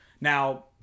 Now